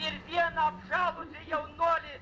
ir vieną apgavus jaunuolį